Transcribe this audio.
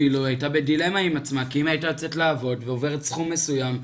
כי אם היא יוצאת לעבוד ועוברת סכום מסוים,